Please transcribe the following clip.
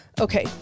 Okay